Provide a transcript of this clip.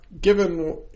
Given